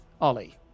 Ollie